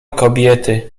kobiety